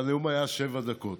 והנאום היה שבע דקות.